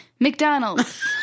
McDonald's